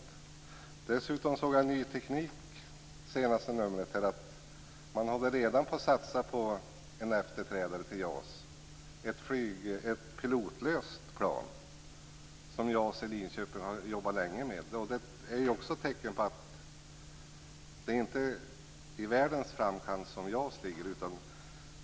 Jag har dessutom i senaste numret av Ny Teknik sett att man redan håller på att satsa på en efterträdare till JAS - ett pilotlöst plan, som Saab i Linköping har jobbat länge med. Också detta är ett tecken på att JAS inte ligger helt i framkanten.